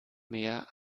mehr